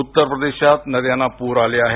उत्तर प्रदेशात नद्यांना पूर आले आहेत